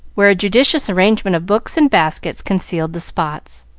where a judicious arrangement of books and baskets concealed the spots.